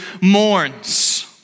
mourns